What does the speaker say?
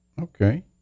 okay